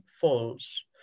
false